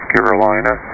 Carolina